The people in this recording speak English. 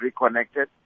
reconnected